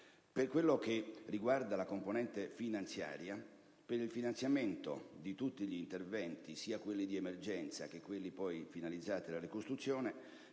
Per quanto riguarda la componente finanziaria, per il finanziamento di tutti gli interventi - sia quelli di emergenza che quelli poi finalizzati alla ricostruzione